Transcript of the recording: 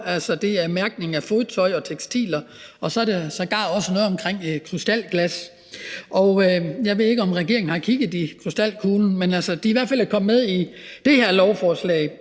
altså det er mærkning af fodtøj og tekstiler, og så er der sågar også noget om krystalglas. Jeg ved ikke, om regeringen har kigget i krystalkuglen, men det er i hvert fald kommet med i det her lovforslag,